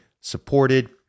supported